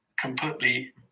completely